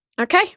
Okay